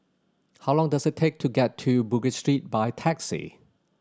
how long does it take to get to Bugis Street by taxi